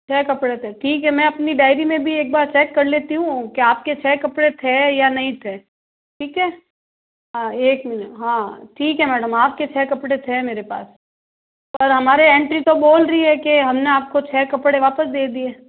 छः कपड़े थे ठीक है मैं अपनी डायरी में भी एक बार चेक कर लेती हूँ के आपके छः कपड़े थे या नहीं थे ठीक है हाँ एक मिनट हाँ ठीक है मैडम आपके छः कपड़े थे मेरे पास पर हमारी एंट्री तो बोल रही है कि हमने आपको छः कपड़े वापस दे दिए